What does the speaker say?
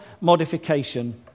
modification